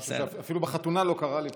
זה משהו שאפילו בחתונה לא קרה לי.